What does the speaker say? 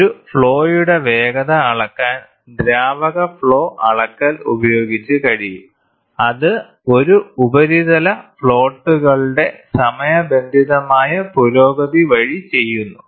ഒരു ഫ്ലോയുടെ വേഗത അളക്കാൻ ദ്രാവക ഫ്ലോ അളക്കൽ ഉപയോഗിച്ച് കഴിയും അത് ഒരു ഉപരിതല ഫ്ലോട്ടുകളുടെ സമയബന്ധിതമായ പുരോഗതി വഴി ചെയ്യുന്നു